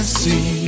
see